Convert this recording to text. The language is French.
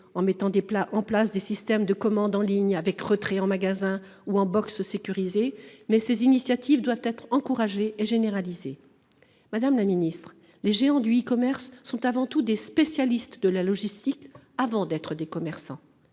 su innover en déployant des systèmes de commande en ligne avec retrait en magasin ou en box sécurisé, mais ces initiatives doivent être encouragées et généralisées. Madame la ministre, les géants du e commerce sont des spécialistes de la logistique avant d’être des commerçants.